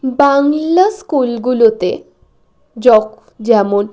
বাংলা স্কুলগুলোতে যেমন